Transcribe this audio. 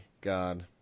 God